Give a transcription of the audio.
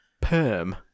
perm